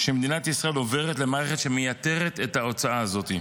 שמדינת ישראל עוברת למערכת שמייתרת את ההוצאה הזאת.